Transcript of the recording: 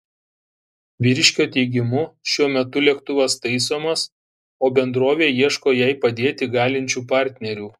vyriškio teigimu šiuo metu lėktuvas taisomas o bendrovė ieško jai padėti galinčių partnerių